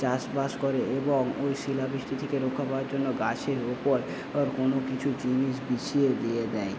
চাষবাস করে এবং এই শিলাবৃষ্টি থেকে রক্ষা পাওয়ার জন্য গাছের উপর কোনো কিছু জিনিস বিছিয়ে দিয়ে দেয়